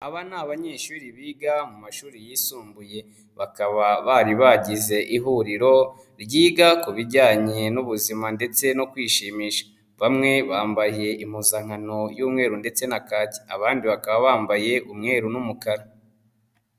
Aba ni abanyeshuri biga mu mashuri yisumbuye bakaba bari bagize ihuriro ryiga ku bijyanye n'ubuzima ndetse no kwishimisha, bamwe bambaye impuzankano y'umweru ndetse n'akaki, abandi bakaba bambaye umweru n'umukara.